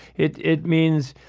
it it means,